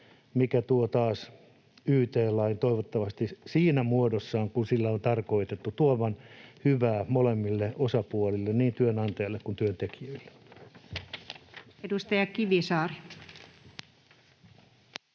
mikä tuo taas yt-lain toivottavasti siinä muodossaan kuin sen on tarkoitettu tuovan hyvää molemmille osapuolille, niin työnantajalle kuin työntekijöille. [Speech 59]